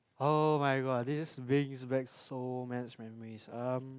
oh-my-god this brings back so much memories um